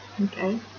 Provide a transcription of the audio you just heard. Okay